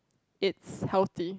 it's healthy